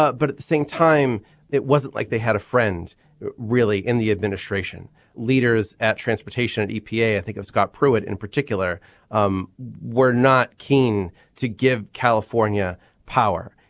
but but at the same time it wasn't like they had a friend really in the administration leaders at transportation at epa i think of scott pruitt in particular um were not keen to give california power.